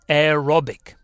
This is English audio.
Aerobic